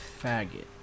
faggot